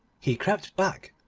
he crept back,